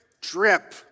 drip